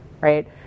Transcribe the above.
right